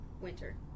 Winter